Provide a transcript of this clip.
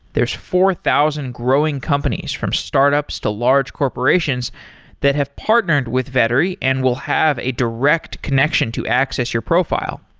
there's four thousand growing companies, from startups to large corporations that have partnered with vettery and will have a direct connection to access your profile.